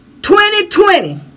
2020